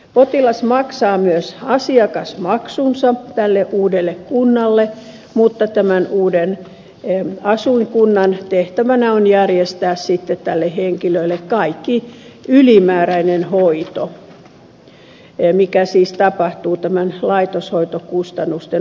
potilas maksaa myös asiakasmaksunsa tälle uudelle kunnalle mutta tämän uuden asuinkunnan tehtävänä on järjestää sitten tälle henkilölle kaikki ylimääräinen hoito mikä siis tapahtuu laitoshoitokustannusten ulkopuolella